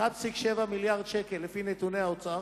1.7 מיליארד שקל, לא נכון.